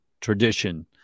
tradition